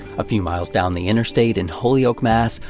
a few miles down the interstate, in holyoke, mass,